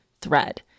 THREAD